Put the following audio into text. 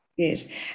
Yes